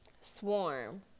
Swarm